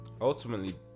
Ultimately